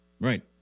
right